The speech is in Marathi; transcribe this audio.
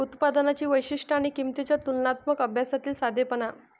उत्पादनांची वैशिष्ट्ये आणि किंमतींच्या तुलनात्मक अभ्यासातील साधेपणा